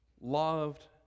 loved